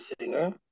singer